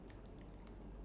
ya